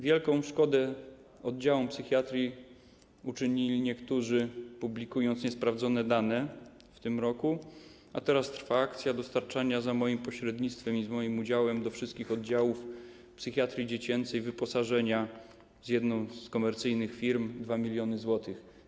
Wielką szkodę oddziałom psychiatrii uczynili niektórzy, publikując niesprawdzone dane w tym roku, a teraz trwa akcja dostarczania za moim pośrednictwem i z moim udziałem do wszystkich oddziałów psychiatrii dziecięcej wyposażenia, z jedną z komercyjnych firm - 2 mln zł.